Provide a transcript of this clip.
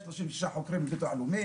לא לקחת בחשבון גידול של האוכלוסייה?